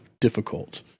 difficult